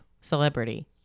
celebrity